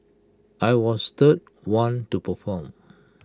I was third one to perform